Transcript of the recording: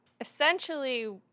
Essentially